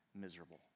miserable